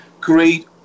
great